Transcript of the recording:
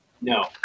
No